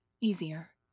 easier